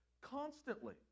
constantly